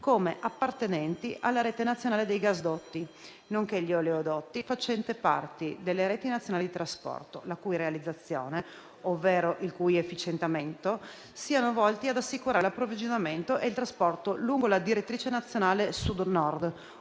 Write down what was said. come appartenenti alla rete nazionale dei gasdotti, nonché gli oleodotti facenti parte delle reti nazionali di trasporto, la cui realizzazione, ovvero il cui efficientamento, siano volti ad assicurare l'approvvigionamento e il trasporto lungo la direttrice nazionale Sud-Nord,